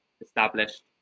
established